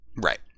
right